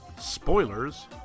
Spoilers